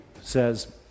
says